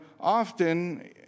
often